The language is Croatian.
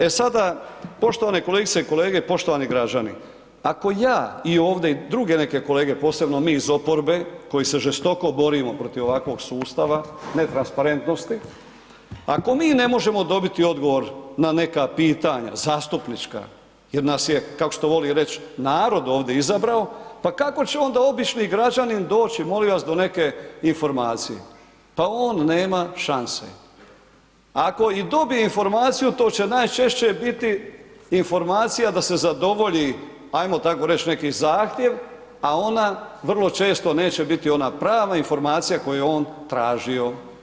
E sada, poštovane kolegice i kolege, poštovani građani, ako ja i ovde druge neke kolege, posebno mi iz oporbe koji se žestoko borimo protiv ovakvog sustava netransparentnosti, ako mi ne možemo dobiti odgovor na neka pitanja zastupnička, jer nas je kao što voli reć narod ovdje izabrao, pa kako će onda obični građanin doći molim vas do neke informacije, pa on nema šanse, ako i dobije informaciju to će najčešće biti informacija da se zadovolji ajmo tako reći neki zahtjev, a ona vrlo često neće biti ona prava informacija koju je on tražio.